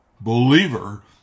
believer